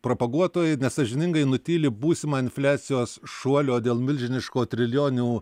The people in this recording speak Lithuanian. propaguotojai nesąžiningai nutyli būsimą infliacijos šuolio dėl milžiniško trilijoninių